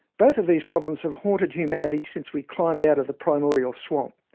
both of these problems have haunted humanity since we climbed out of the primordial swamp.